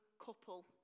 couple